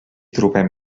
trobem